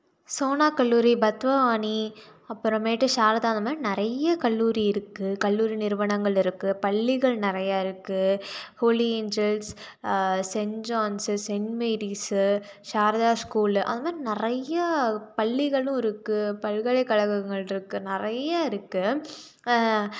சோனா கல்லூரி பத்வானி அப்புறமேட்டு சாரதா அந்தமாதிரி நிறையா கல்லூரி இருக்கு கல்லூரி நிறுவனங்கள் இருக்கு பள்ளிகள் நிறையா இருக்கு Holy Angels Saint John's Saint Mary's Sharada's school அந்தமாதிரி நிறையா பள்ளிகளும் இருக்கு பல்கலைக்கழகங்கள் இருக்கு நிறையா இருக்கு